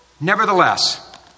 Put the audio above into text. Nevertheless